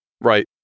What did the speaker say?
Right